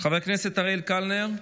חבר הכנסת אריאל קלנר,